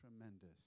tremendous